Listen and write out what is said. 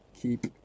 Keep